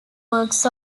works